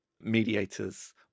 mediators